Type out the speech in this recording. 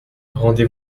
rendez